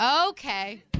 Okay